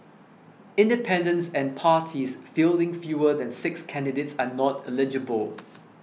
independents and parties fielding fewer than six candidates are not eligible